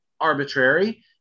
arbitrary